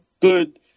good